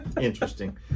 Interesting